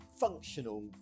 functional